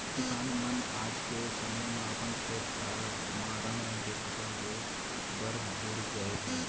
किसान मन आज के समे म अपन खेत खार म रंग रंग के फसल ले बर भीड़ गए हें